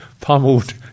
pummeled